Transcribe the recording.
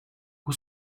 who